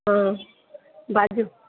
हँ बाजू